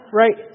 right